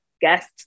guest